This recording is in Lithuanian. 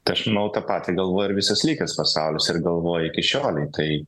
tai aš manau tą patį galvoja ir visas likęs pasaulis ir galvoja iki šiolei tai